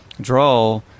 draw